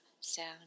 sound